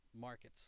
markets